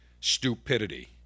stupidity